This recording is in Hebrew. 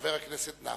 שחבר הכנסת נפאע,